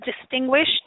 distinguished